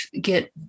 get